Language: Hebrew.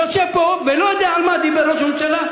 יושב פה ולא יודע על מה דיבר ראש הממשלה?